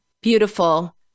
Beautiful